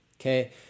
Okay